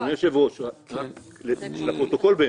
אדוני היושב-ראש, חשוב להבהיר לפרוטוקול: